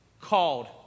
called